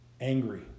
angry